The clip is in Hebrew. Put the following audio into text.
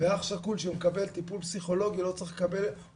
ואח שכול שמקבל טיפול פסיכולוגי או מלגה